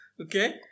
Okay